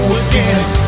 again